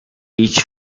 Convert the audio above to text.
each